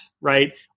right